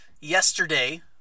Yesterday